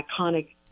iconic